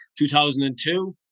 2002